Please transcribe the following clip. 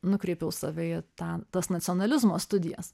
nukreipiau save į tą tas nacionalizmo studijas